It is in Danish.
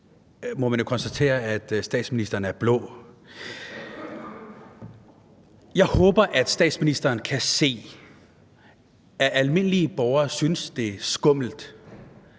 Jeg håber, at statsministeren kan se, at almindelige borgere synes, det er skummelt,